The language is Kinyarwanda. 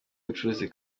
w’ubucuruzi